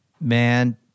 man